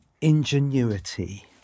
ingenuity